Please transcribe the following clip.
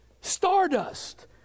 stardust